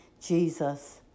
Jesus